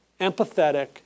empathetic